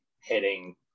hitting